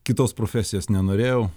kitos profesijos nenorėjau